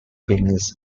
banks